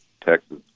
Texas